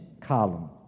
column